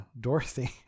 Dorothy